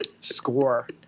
Score